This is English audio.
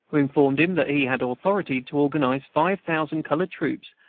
who informed him that he had authority to organize five thousand colored troops,